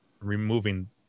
removing